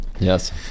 yes